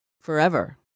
forever